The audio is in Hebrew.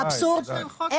האבסורד, אדוני?